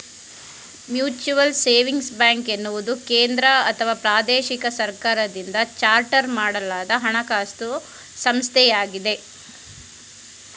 mutual savings bank ಎನ್ನುವುದು ಕೇಂದ್ರಅಥವಾ ಪ್ರಾದೇಶಿಕ ಸರ್ಕಾರದಿಂದ ಚಾರ್ಟರ್ ಮಾಡಲಾದ ಹಣಕಾಸು ಸಂಸ್ಥೆಯಾಗಿದೆ